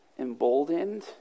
emboldened